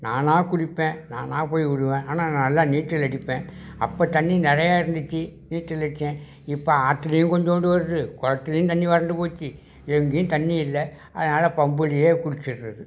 நானா குளிப்பேன் நானா போய் விழுவேன் ஆனால் நான் நல்லா நீச்சல் அடிப்பேன் அப்போ தண்ணி நிறையா இருந்துச்சு நீச்சல் அடிச்சேன் இப்போ ஆத்துலையும் கொஞ்சோண்டு வருது குளத்துலையும் தண்ணி வறண்டு போச்சு எங்கேயும் தண்ணி இல்லை அதனால பம்புலேயே குளிச்சிடுறது